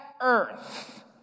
earth